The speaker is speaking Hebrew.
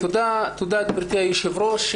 תודה, גברתי היושבת-ראש.